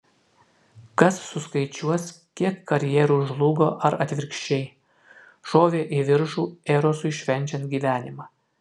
kas suskaičiuos kiek karjerų žlugo ar atvirkščiai šovė į viršų erosui švenčiant gyvenimą